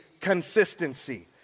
consistency